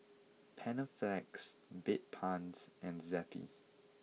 Panaflex Bedpans and Zappy